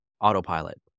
autopilot